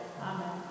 Amen